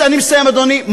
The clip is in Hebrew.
אני מסיים, אדוני.